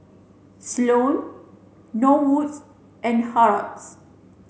Sloane Norwoods and Harolds